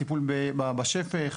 טיפול בשפך,